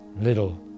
little